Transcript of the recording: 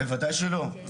בוודאי שלא,